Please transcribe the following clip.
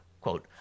Quote